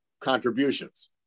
contributions